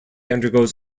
undergoes